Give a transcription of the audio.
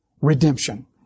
Redemption